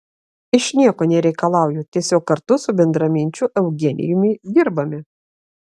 iš nieko nereikalauju tiesiog kartu su bendraminčiu eugenijumi dirbame